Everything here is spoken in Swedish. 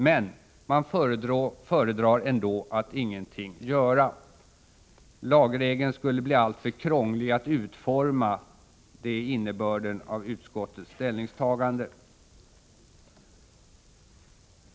Men man föredrar ändå att ingenting göra. Lagregeln skulle bli alltför krånglig att utforma — det är innebörden av utskottets ställningstagande.